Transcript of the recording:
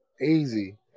Easy